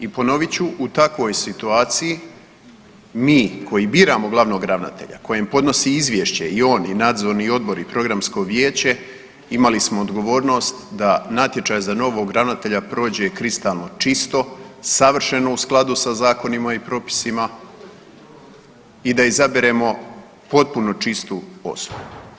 I ponovit ću u takvoj situaciji, mi koji biramo glavnog ravnatelje kojem podnosi izvješće i on i nadzorni odbor i programsko vijeće imali smo odgovornost da natječaj za novog ravnatelja prođe kristalno čisto, savršeno u skladu sa zakonima i propisima i da izaberemo potpuno čistu osobu.